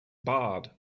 barred